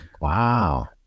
Wow